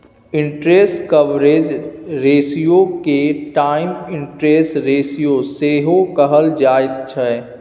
interest coverage रेशियोके times interest ratio सेहो कहल जाइत छै